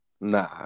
Nah